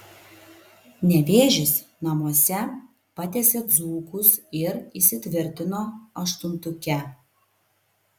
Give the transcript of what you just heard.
nevėžis namuose patiesė dzūkus ir įsitvirtino aštuntuke